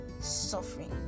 suffering